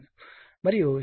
మరియు శక్తి P822